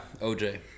OJ